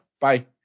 Bye